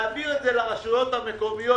להעביר את זה לרשויות המקומיות,